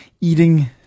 eating